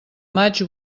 maig